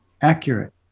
accurate